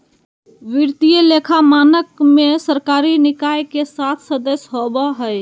वित्तीय लेखा मानक में सरकारी निकाय के सात सदस्य होबा हइ